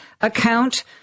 account